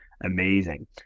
amazing